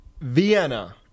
Vienna